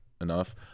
enough